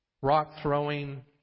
rock-throwing